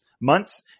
months